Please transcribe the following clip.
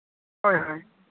ᱦᱳᱭ ᱦᱳᱭ